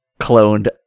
cloned